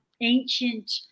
ancient